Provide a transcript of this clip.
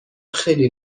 خیلی